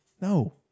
No